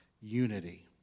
unity